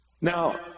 Now